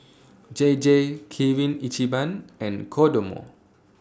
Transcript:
J J Kirin Ichiban and Kodomo